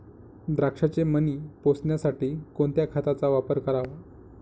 द्राक्षाचे मणी पोसण्यासाठी कोणत्या खताचा वापर करावा?